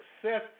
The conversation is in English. success